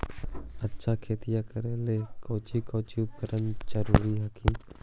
अच्छा खेतिया करे ला कौची कौची उपकरण जरूरी हखिन?